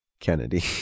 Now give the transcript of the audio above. Kennedy